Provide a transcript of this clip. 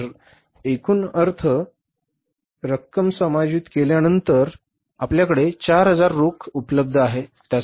तर याचा अर्थ एकूण रक्कम समायोजित केल्यानंतर आपल्याकडे 4000 रोख उपलब्ध आहे